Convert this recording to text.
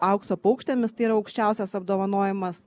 aukso paukštėmis tai yra aukščiausias apdovanojimas